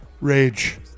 rage